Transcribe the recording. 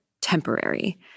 temporary